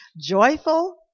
joyful